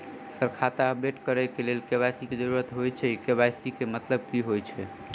Sir खाता update करऽ लेल के.वाई.सी की जरुरत होइ छैय इ के.वाई.सी केँ मतलब की होइ छैय?